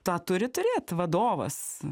tą turi turėt vadovas